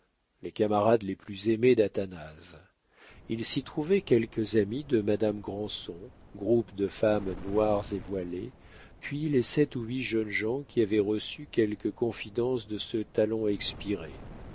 les camarades les plus aimés d'athanase il s'y trouvait quelques amies de madame granson groupes de femmes noires et voilées puis les sept ou huit jeunes gens qui avaient reçu quelques confidences de ce talent expiré